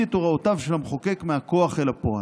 את הוראותיו של המחוקק מהכוח אל הפועל.